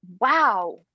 Wow